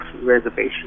Reservation